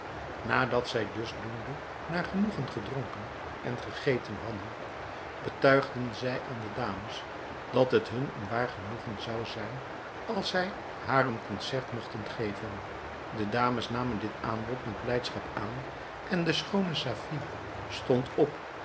nadat zij dusdoende naar genoegen gedronken en gegeten hadden betuigden zij aan de dames dat het hun een waar genoegen zou zijn als zij haar een concert mogten geven de dames namen dit aanbod met blijdschap aan en de schoone safie stond op